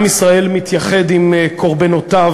עם ישראל מתייחד עם קורבנותיו,